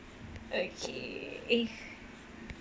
okay eh